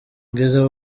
ngeze